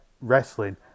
wrestling